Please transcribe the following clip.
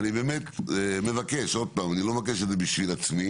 ואני באמת מבקש עוד פעם אני לא מבקש את זה בשביל עצמי